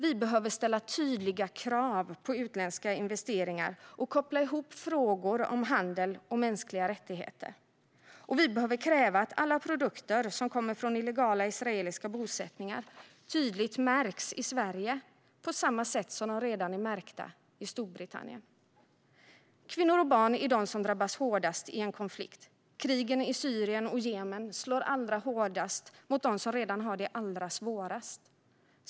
Vi behöver ställa tydliga krav på utländska investeringar och koppla ihop frågor om handel och mänskliga rättigheter. Och vi behöver kräva att alla produkter som kommer från illegala israeliska bosättningar tydligt märks i Sverige, på samma sätt som de redan är märkta i Storbritannien. Kvinnor och barn är de som drabbas hårdast i en konflikt. Krigen i Syrien och Jemen slår allra hårdast mot dem som redan har det allra svårast.